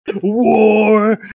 War